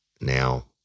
Now